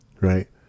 right